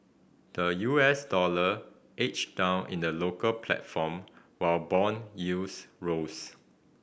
the U S dollar edged down in the local platform while bond yields rose